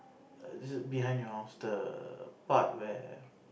err behind your house the part where